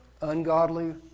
ungodly